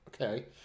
okay